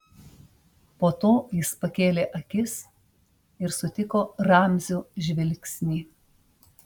po to jis pakėlė akis ir sutiko ramzio žvilgsnį